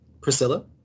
Priscilla